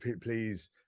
please